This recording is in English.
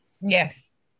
Yes